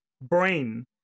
brain